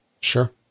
Sure